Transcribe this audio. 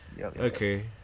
Okay